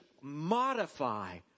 modify